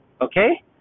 Okay